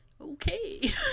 Okay